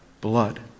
blood